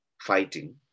fighting